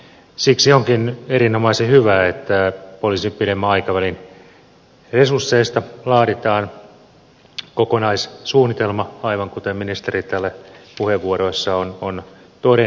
siksi onkin erinomaisen hyvä että poliisin pidemmän aikavälin resursseista laaditaan kokonaissuunnitelma aivan kuten ministeri täällä puheenvuoroissaan on todennut